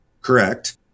Correct